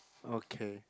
okay